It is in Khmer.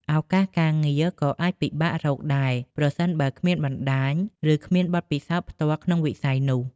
ឱកាសការងារក៏អាចពិបាករកដែរ ប្រសិនបើគ្មានបណ្តាញ ឬគ្មានបទពិសោធន៍ផ្ទាល់ក្នុងវិស័យនោះ។